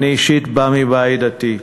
אני אישית בא מבית דתי.